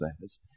says